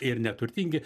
ir neturtingi